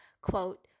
quote